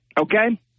Okay